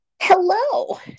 hello